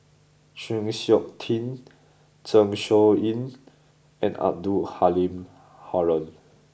Chng Seok Tin Zeng Shouyin and Abdul Halim Haron